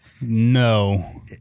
No